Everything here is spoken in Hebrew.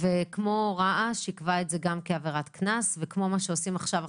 ויקבע את זה כעבירת קנס כמו רעש וכמו